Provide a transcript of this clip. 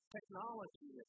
Technology